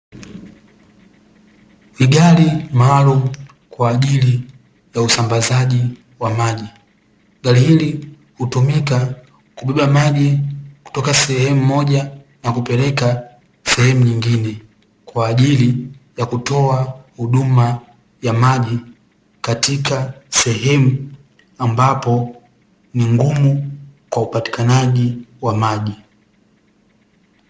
Ni gari maalumu kwa ajili ya usambazaji wa maji. Gari hili hutumika kubeba maji kutoka sehemu moja kupeleka sehemu nyingine, kwa ajili ya kutoa huduma ya maji katika sehemu ambayo ni ngumu kwa upatikanaji wa maji.